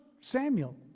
Samuel